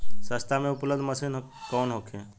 सस्ता में उपलब्ध मशीन कौन होखे?